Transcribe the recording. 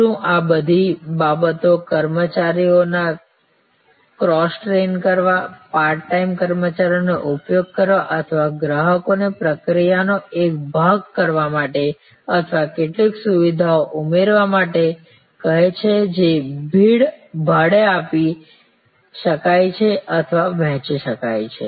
શું આ બધી બાબતો કર્મચારીઓને ક્રોસ ટ્રેન કરવા પાર્ટ ટાઈમ કર્મચારીઓનો ઉપયોગ કરવા અથવા ગ્રાહકોને પ્રક્રિયાનો એક ભાગ કરવા માટે અથવા કેટલીક સુવિધાઓ ઉમેરવા માટે કહે છે જે ભાડે આપી શકાય છે અથવા વહેંચી શકાય છે